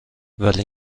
ولی